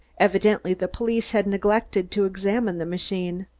evidently the police had neglected to examine the machine.